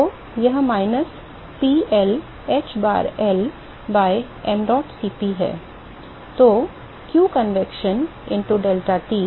तो यह minus P L hbarL by mdot Cp है तो q convection into deltaT o minus deltaTi